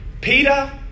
Peter